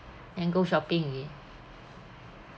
and go shopping again